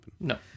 No